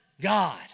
God